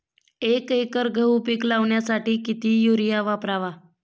एक एकर गहू पीक लावण्यासाठी किती युरिया वापरावा?